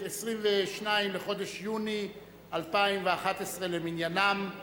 22 בחודש יוני 2011 למניינם.